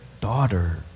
daughter